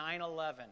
9-11